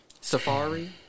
safari